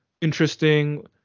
interesting